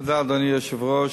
תודה, אדוני היושב-ראש.